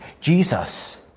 Jesus